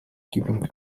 keeping